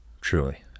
Truly